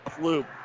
Loop